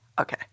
okay